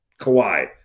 Kawhi